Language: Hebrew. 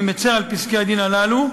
אני מצר על פסקי-הדין הללו.